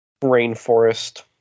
rainforest